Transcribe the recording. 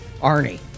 Arnie